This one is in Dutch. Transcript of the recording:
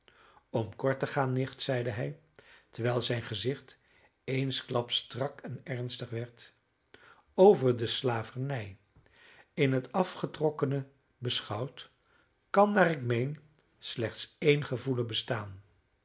om kort te gaan nicht zeide hij terwijl zijn gezicht eensklaps strak en ernstig werd over de slavernij in het afgetrokkene beschouwd kan naar ik meen slechts één gevoelen bestaan